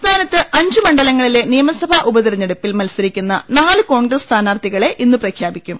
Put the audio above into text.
സംസ്ഥാനത്ത് അഞ്ച് മണ്ഡലങ്ങളിലെ നിയമസഭാ ഉപതെര ഞ്ഞെടുപ്പിൽ മത്സരിക്കുന്ന നാല് കോൺഗ്രസ് സ്ഥാനാർത്ഥികളെ ഇന്ന് പ്രഖ്യാപിക്കും